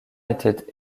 était